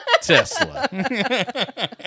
Tesla